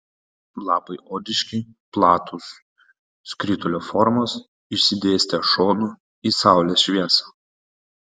lapai odiški platūs skritulio formos išsidėstę šonu į saulės šviesą